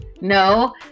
No